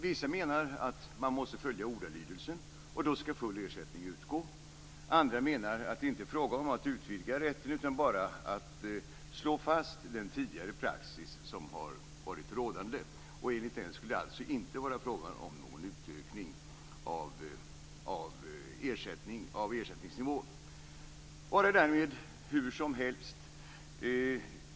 Vissa menar att man måste följa ordalydelsen, och då skall full ersättning utgå. Andra menar att det inte är fråga om att utvidga rätten utan bara om att slå fast den praxis som tidigare har varit rådande. Enligt den skulle det alltså inte vara frågan om någon utökning av ersättningen. Vare därmed hur som helst.